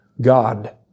God